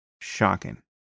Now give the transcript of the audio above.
shocking